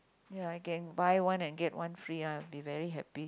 ya I can buy one and get one free I'll be very happy